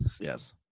yes